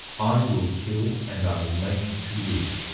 i will kill and i will make to live.